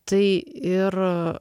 tai ir